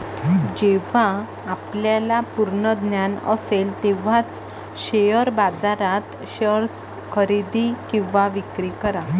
जेव्हा आपल्याला पूर्ण ज्ञान असेल तेव्हाच शेअर बाजारात शेअर्स खरेदी किंवा विक्री करा